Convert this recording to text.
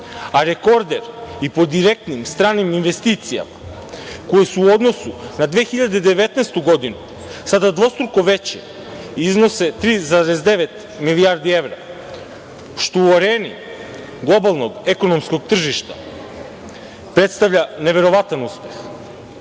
a rekorder i po direktnim stranim investicijama, koji su u odnosu na 2019. godinu sada dvostruko veće, iznose 3,9 milijardi evra što u areni globalnog ekonomskog tržišta predstavlja neverovatan uspeh.